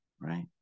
right